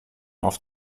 auf